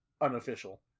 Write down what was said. unofficial